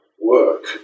work